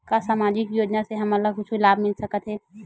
का सामाजिक योजना से हमन ला कुछु लाभ मिल सकत हे?